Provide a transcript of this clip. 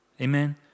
Amen